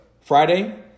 Friday